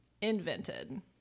Invented